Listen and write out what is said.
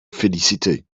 féliciter